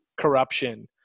corruption